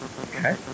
Okay